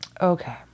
Okay